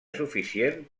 suficient